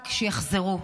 רק שיחזרו.